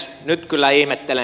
nyt kyllä ihmettelen